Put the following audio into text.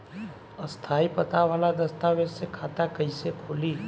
स्थायी पता वाला दस्तावेज़ से खाता कैसे खुली?